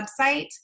website